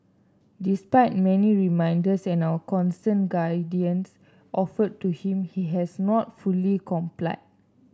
despite many reminders and our constant guidance offered to him he has not fully complied